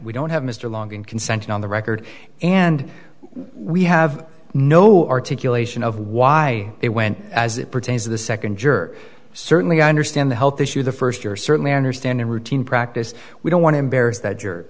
we don't have mr longdon consent on the record and we have no articulation of why they went as it pertains to the second juror certainly understand the health issue the first year certainly understand in routine practice we don't want to embarrass that